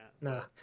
No